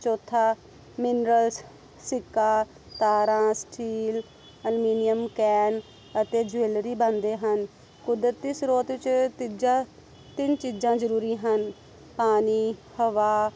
ਚੌਥਾ ਮਿਨਰਲਸ ਸਿੱਕਾ ਤਾਰਾਂ ਸਟੀਲ ਐਲਮੀਨੀਅਮ ਕੈਨ ਅਤੇ ਜਵੈਲਰੀ ਬਣਦੇ ਹਨ ਕੁਦਰਤੀ ਸਰੋਤ ਵਿੱਚ ਤੀਜਾ ਤਿੰਨ ਚੀਜ਼ਾਂ ਜ਼ਰੂਰੀ ਹਨ ਪਾਣੀ ਹਵਾ